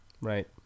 Right